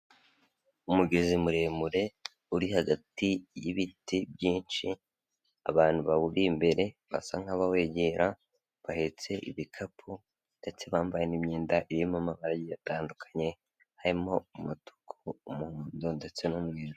Umugezi muremure uri hagati y'ibiti byinshi, abantu bawuri imbere basa nk'abawegera, bahetse ibikapu ndetse bambaye n'imyenda irimo amabara atandukanye, harimo umutuku, umuhondo ndetse n'umweru.